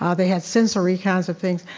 ah they had sensory kinds of things.